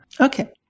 Okay